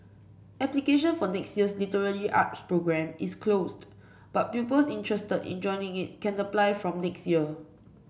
application for next year's literary arts programme is closed but pupils interested in joining it can apply from next year